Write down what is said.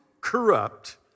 corrupt